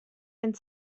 and